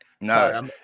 No